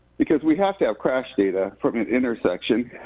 because we have to have crash data from an intersection,